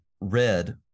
Red